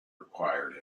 required